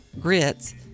Grits